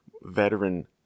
veteran